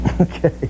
Okay